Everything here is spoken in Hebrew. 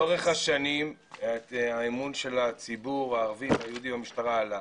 לאורך השנים האמון של הציבור במשטרה עלה.